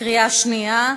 קריאה שנייה.